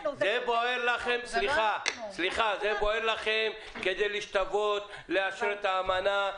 זה בוער לכם כדי להשתוות, לאשר את האמנה,